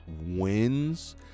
wins